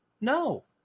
No